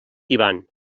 tibant